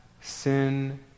sin